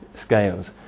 scales